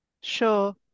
Sure